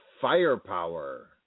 firepower